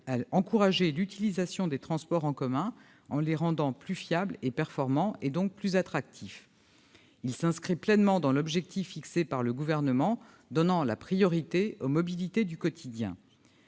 à encourager l'utilisation des transports en commun, en les rendant plus fiables et performants, donc plus attractifs. Il s'inscrit pleinement dans l'objectif du Gouvernement de donner la priorité aux mobilités du quotidien.